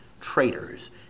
traitors